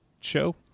show